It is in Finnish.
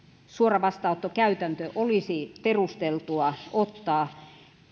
suoravastaanottokäytäntö olisi perusteltua ottaa